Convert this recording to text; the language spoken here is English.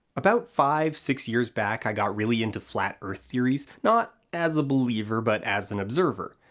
about five, six years back i got really into flat earth theories, not as a believer but as an observer.